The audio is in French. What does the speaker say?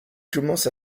commence